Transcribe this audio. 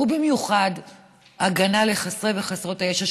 ובמיוחד הגנה לחסרי וחסרות הישע,